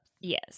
Yes